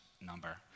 number